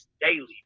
daily